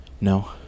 No